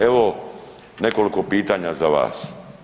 Evo, nekoliko pitanja za vas.